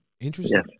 Interesting